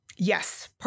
Yes